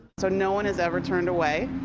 so no one is every turned away.